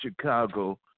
chicago